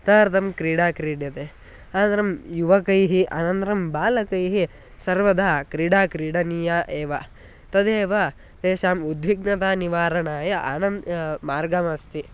तदार्थं क्रीडा क्रीड्यते अनन्तरं युवकैः अनन्तरं बालकैः सर्वदा क्रीडा क्रीडनीया एव तदेव तेषाम् उद्विग्नता निवारणाय आन मार्गमस्ति